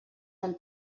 del